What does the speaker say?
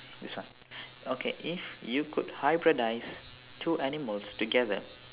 this one okay if you could hybridise two animals together